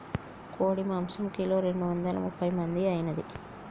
కోడి మాంసం కిలో రెండు వందల ముప్పై మంది ఐనాది